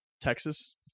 Texas